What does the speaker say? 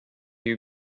you